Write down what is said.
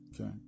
Okay